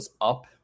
up